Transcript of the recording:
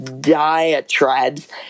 diatribes